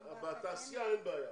בתעשייה אין בעיה,